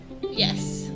Yes